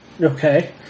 Okay